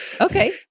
Okay